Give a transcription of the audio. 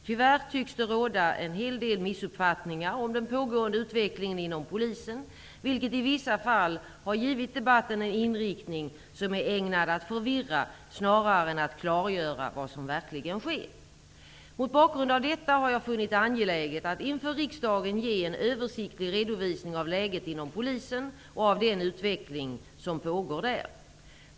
Tyvärr tycks det råda en hel del missuppfattningar om den pågående utvecklingen inom polisen, vilket i vissa fall har givit debatten en inriktning som är ägnad att förvirra snarare än att klargöra vad som verkligen sker. Mot bakgrund av detta har jag funnit det angeläget att inför riksdagen ge en översiktlig redovisning av läget inom polisen och av den utveckling som pågår där.